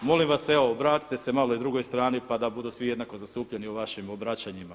Molim vas evo obratite se malo i drugoj strani pa da budu svi jednako zastupljeni u vašim obraćanjima.